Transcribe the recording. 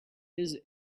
his